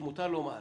מותר לומר,